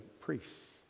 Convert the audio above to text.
priests